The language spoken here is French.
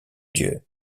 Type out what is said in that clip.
dieu